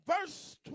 verse